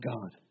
God